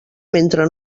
mentre